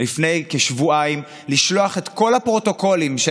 לפני כשבועיים לשלוח את כל הפרוטוקולים של